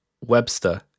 Webster